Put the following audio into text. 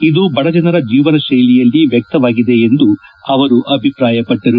ಇದು ಬಡಜನರ ಜೀವನ ಶೈಲಿಯಲ್ಲಿ ವ್ಯಕ್ತವಾಗಿದೆ ಎಂದು ಅವರು ಅಭಿಪ್ರಾಯಪಟ್ಟರು